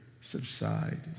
subside